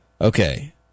Okay